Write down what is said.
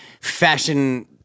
fashion